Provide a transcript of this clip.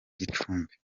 gicumbi